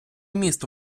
місто